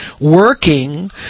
working